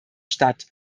stadt